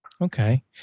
Okay